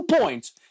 points